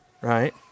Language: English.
right